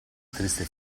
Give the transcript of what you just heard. tristi